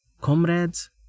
Comrades